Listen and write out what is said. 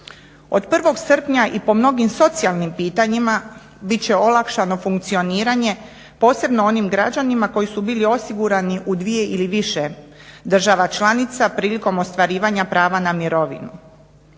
Od 1. srpnja i po mnogim socijalnim pitanjima bit će olakšano funkcioniranje posebno onim građanima koji su bili osigurani u dvije ili više država članica prilikom ostvarivanja prava na mirovinu.